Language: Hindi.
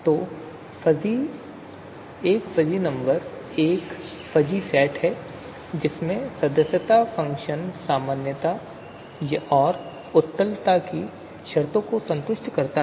तो एक फ़ज़ी नंबर एक फ़ज़ी सेट है जिसमें सदस्यता फ़ंक्शन सामान्यता और उत्तलता की शर्तों को संतुष्ट करता है